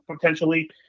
potentially